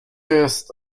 jest